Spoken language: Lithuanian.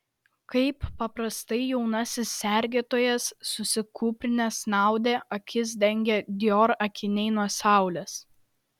kaip paprastai jaunasis sergėtojas susikūprinęs snaudė akis dengė dior akiniai nuo saulės